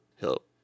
help